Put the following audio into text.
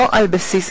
הציבור.